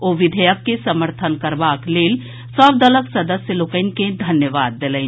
ओ विधेयक के समर्थन करबाक लेल सभ दलक सदस्य लोकनि के धन्यवाद देलनि